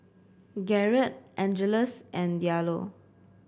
Garret Angeles and Diallo